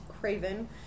Craven